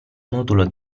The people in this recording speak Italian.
modulo